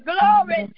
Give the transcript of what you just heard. Glory